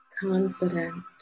confident